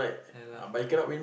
ya lah who ah